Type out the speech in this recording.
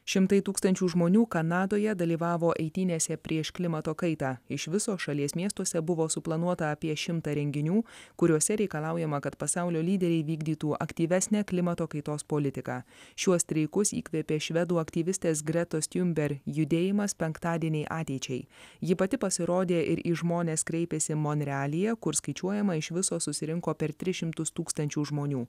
šimtai tūkstančių žmonių kanadoje dalyvavo eitynėse prieš klimato kaitą iš viso šalies miestuose buvo suplanuota apie šimtą renginių kuriuose reikalaujama kad pasaulio lyderiai vykdytų aktyvesnę klimato kaitos politiką šiuos streikus įkvėpė švedų aktyvistės gretos tiunber judėjimas penktadieniai ateičiai ji pati pasirodė ir į žmones kreipėsi monrealyje kur skaičiuojama iš viso susirinko per tris šimtus tūkstančių žmonių